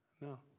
No